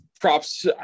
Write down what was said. props